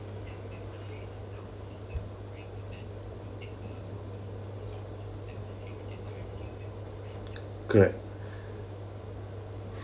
correct